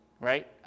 Right